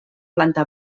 planta